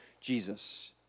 Jesus